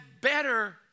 better